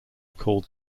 called